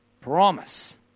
promise